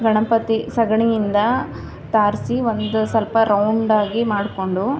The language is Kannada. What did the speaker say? ಗಣಪತಿ ಸಗಣಿಯಿಂದಾ ಸಾರ್ಸಿ ಒಂದು ಸ್ವಲ್ಪ ರೌಂಡಾಗಿ ಮಾಡಿಕೊಂಡು